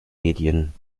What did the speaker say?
medien